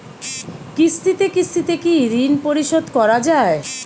কিস্তিতে কিস্তিতে কি ঋণ পরিশোধ করা য়ায়?